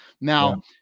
Now